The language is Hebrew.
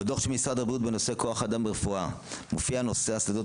בדוח של משרד הבריאות בנושא כוח אדם ברפואה מופיע נושא השדות